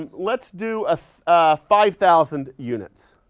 let's do ah five thousand units.